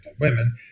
women